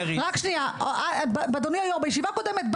בישיבה הקודמת,